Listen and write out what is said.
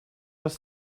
was